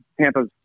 Tampa's